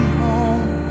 home